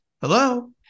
Hello